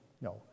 no